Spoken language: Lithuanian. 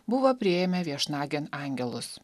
buvo priėmę viešnagėn angelus